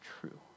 true